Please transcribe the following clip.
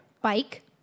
Bike